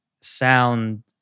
sound